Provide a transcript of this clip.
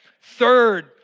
Third